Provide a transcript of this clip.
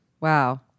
Wow